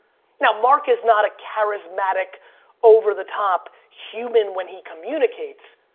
now, mark is not a charismatic over the top human when he communicates.